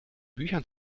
büchern